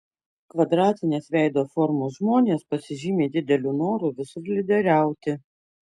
kvadratinės veido formos žmonės pasižymi dideliu noru visur lyderiauti